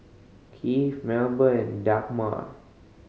Keith Melba and Dagmar